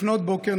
לפנות בוקר,